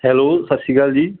hello ਸਤਿ ਸ਼੍ਰੀ ਅਕਾਲ ਜੀ